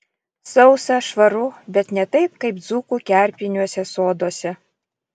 sausa švaru bet ne taip kaip dzūkų kerpiniuose soduose